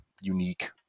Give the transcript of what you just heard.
unique